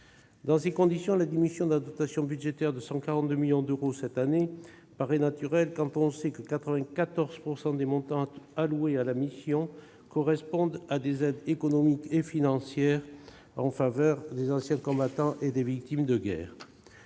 Dans ces conditions, la diminution de 142 millions d'euros de la dotation budgétaire, cette année, paraît naturelle quand on sait que 94 % des montants alloués à la mission correspondent à des aides économiques et financières versées aux anciens combattants et aux victimes de guerre.